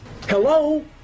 Hello